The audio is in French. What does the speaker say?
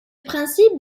principe